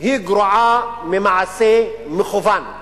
גרועה ממעשה מכוון.